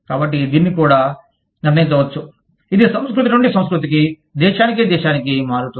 కాబట్టి దీనిని కూడా నిర్ణయించవచ్చు ఇది సంస్కృతి నుండి సంస్కృతికి దేశానికి దేశానికి మారుతుంది